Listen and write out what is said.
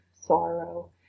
sorrow